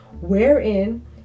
wherein